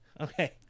Okay